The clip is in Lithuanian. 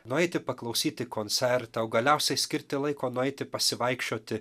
nueiti paklausyti koncertą o galiausiai skirti laiko nueiti pasivaikščioti